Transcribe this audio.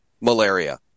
malaria